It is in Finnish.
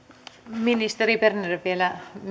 ministeri berner vielä